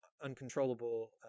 uncontrollable